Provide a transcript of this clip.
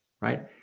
right